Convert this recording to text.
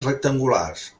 rectangulars